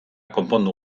konpondu